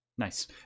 Nice